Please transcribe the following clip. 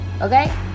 okay